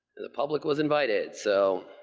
and the public was invited. so,